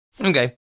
Okay